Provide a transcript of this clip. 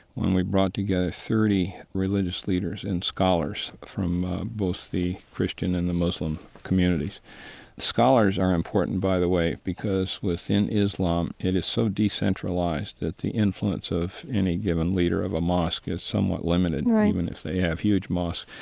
when we brought together thirty religious leaders and scholars from both the christian and the muslim communities. the scholars are important, by the way, because within islam, it is so decentralized that the influence of any given leader of a mosque is somewhat limited, right, even if they have huge mosques,